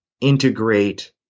integrate